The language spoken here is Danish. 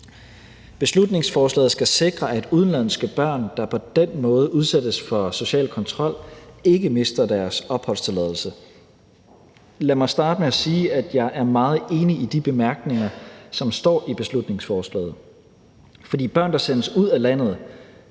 Beslutningsforslaget skal sikre, at udenlandske børn, der på den måde udsættes for social kontrol, ikke mister deres opholdstilladelse. Lad mig starte med at sige, at jeg er meget enig i de bemærkninger, som står i beslutningsforslaget. For børn, der sendes ud af landet